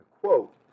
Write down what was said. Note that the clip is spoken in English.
quote